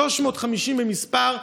350 במספר,